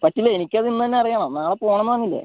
പറ്റില്ല എനിക്ക് അത് ഇന്നുതന്നെ അറിയണം നാളെ പോണം എന്നു പറഞ്ഞില്ലേ